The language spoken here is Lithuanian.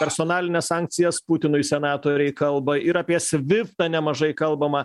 personalines sankcijas putinui senatoriai kalba ir apie sviftą nemažai kalbama